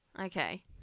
okay